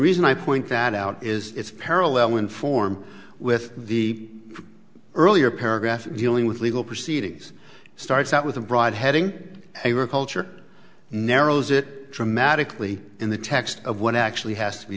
reason i point that out is it's parallel in form with the earlier paragraph dealing with legal proceedings starts out with a broad heading they were culture narrows it dramatically in the text of what actually has to be